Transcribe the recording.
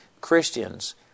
Christians